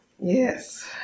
Yes